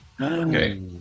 Okay